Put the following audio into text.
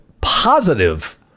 positive